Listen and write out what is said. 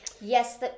Yes